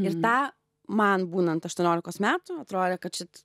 ir na man būnant aštuoniolikos metų atrodė kad čia